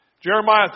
Jeremiah